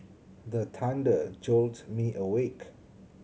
the thunder jolt me awake